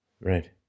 Right